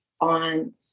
on